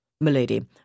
Milady